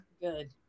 Good